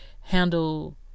handle